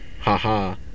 ha-ha